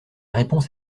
réponse